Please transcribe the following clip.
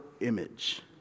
image